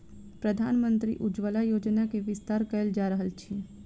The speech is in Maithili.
प्रधानमंत्री उज्ज्वला योजना के विस्तार कयल जा रहल अछि